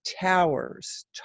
towers